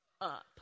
up